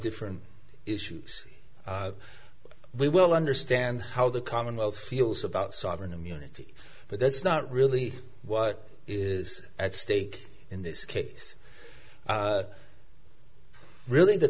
different issues we will understand how the commonwealth feels about sovereign immunity but that's not really what is at stake in this case really the